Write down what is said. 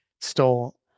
stole